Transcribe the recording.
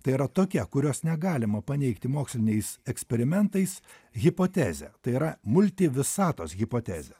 tai yra tokia kurios negalima paneigti moksliniais eksperimentais hipotezė tai yra multivisatos hipotezė